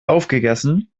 aufgegessen